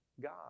God